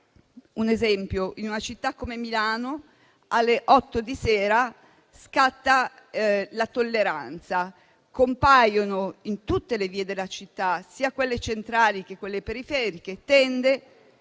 povertà. In una città come Milano, alle ore 20 scatta la tolleranza. Compaiono, in tutte le vie della città, sia quelle centrali che quelle periferiche, tende,